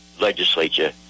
legislature